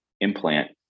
implant